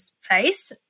face